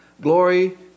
Glory